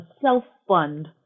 self-fund